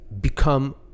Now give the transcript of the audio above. become